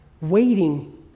Waiting